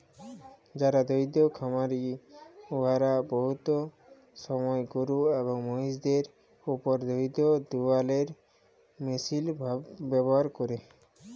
যারা দুহুদ খামারি উয়ারা বহুত সময় গরু এবং মহিষদের উপর দুহুদ দুয়ালোর মেশিল ব্যাভার ক্যরে